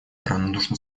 равнодушно